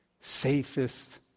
safest